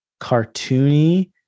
cartoony